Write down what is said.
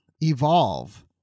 evolve